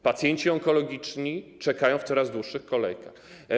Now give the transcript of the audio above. Pacjenci onkologiczni czekają w coraz dłuższych kolejkach.